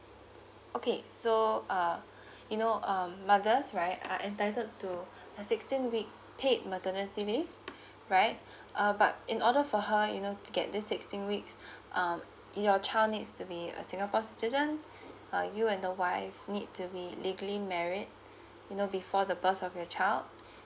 okay so uh you know um mothers right are entitled to a sixteen weeks paid maternity leave right uh but in order for her you know to get these sixteen weeks um your child needs to be a singapore citizen uh you and the wife need to be legally married you know before the birth of your child